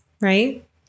right